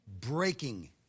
breaking